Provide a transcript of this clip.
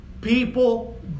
people